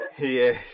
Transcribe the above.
yes